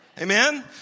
Amen